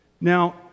Now